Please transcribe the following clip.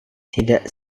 tidak